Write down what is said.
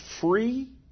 free